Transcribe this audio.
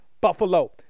Buffalo